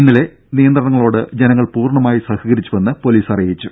ഇന്നലെ നിയന്ത്രണങ്ങളോട് ജനങ്ങൾ പൂർണമായി സഹകരിച്ചുവെന്ന് പൊലീസ് അറിയിച്ചു